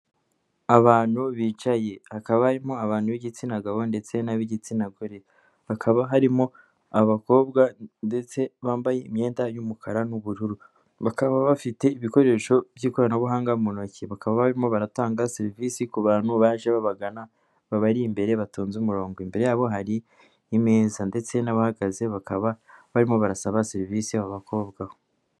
Abantu bicaye bakaba barimo abantu b'igitsina gabo ndetse n'ab'igitsina gore hakaba harimo abakobwa ndetse bambaye imyenda y'umukara n'ubururu bakaba bafite ibikoresho by'ikoranabuhanga mu ntoki bakaba barimo banatanga serivisi ku bantu baje babagana bakaba bari imbere batonze umurongo imbere yabo hari nk'meza ndetse n'abahagaze bakaba barimo barasaba serivisi abo bakobwa.